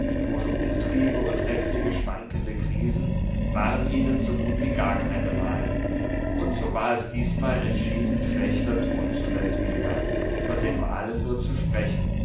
ohne umtriebe und heftige schwankende krisen waren ihnen so gut wie gar keine wahlen und so war es diesmal entschieden schlechter ton zu seldwyla von den wahlen nur zu sprechen